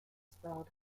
spelled